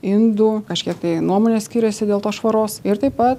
indų kažkiek tai nuomonės skiriasi dėl tos švaros ir taip pat